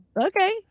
okay